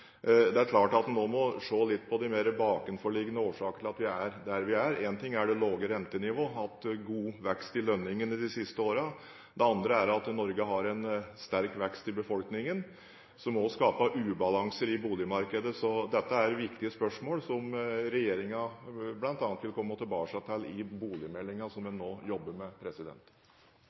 Det er klart at man nå må se på de mer bakenforliggende årsakene til at vi er der vi er. En ting er det lave rentenivået, god vekst i lønningene de siste årene. Det andre er at Norge har en sterk vekst i befolkningen, som også skaper ubalanse i boligmarkedet. Så dette er viktige spørsmål som regjeringen vil komme tilbake til bl.a. i boligmeldingen, som man nå jobber med.